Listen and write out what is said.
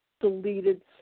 Deleted